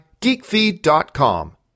geekfeed.com